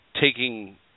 taking